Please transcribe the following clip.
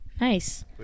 Nice